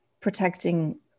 protecting